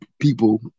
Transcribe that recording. people